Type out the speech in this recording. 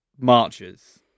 marches